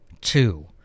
Two